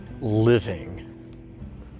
living